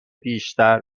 بیشتر